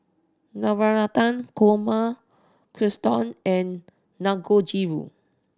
Navratan Korma Katsudon and Dangojiru